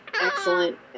excellent